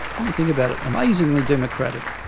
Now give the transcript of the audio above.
when you think about it, amazingly democratic.